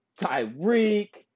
Tyreek